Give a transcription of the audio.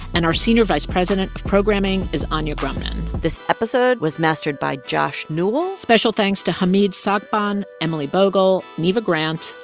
and our senior vice president of programming is anya grundmann this episode was mastered by josh newell special thanks to hamid sacban, emily bogle, neva grant,